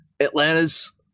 Atlanta's